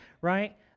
Right